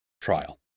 trial